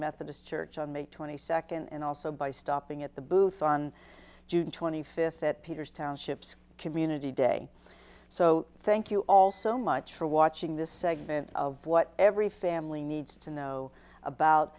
methodist church on may twenty second and also by stopping at the booths on june twenty fifth at peter's townships community day so thank you all so much for watching this segment of what every family needs to know about